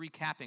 recapping